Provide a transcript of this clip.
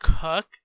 cook